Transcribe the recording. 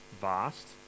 vast